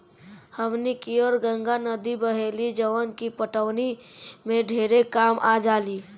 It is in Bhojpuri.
हमनी कियोर गंगा नद्दी बहेली जवन की पटवनी में ढेरे कामे आजाली